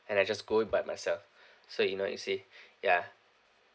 and I just go by myself so you know you see ya